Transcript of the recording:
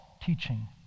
teaching